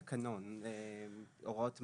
השאלה אם אנחנו עושים את המעשה הנכון והראוי